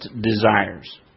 desires